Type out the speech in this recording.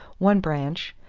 one branch,